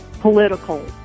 political